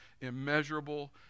immeasurable